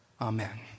Amen